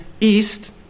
east